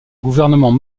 gouvernement